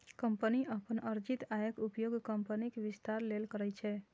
company अपन अर्जित आयक उपयोग कंपनीक विस्तार लेल करै छै